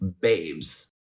babes